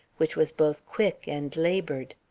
which was both quick and labored.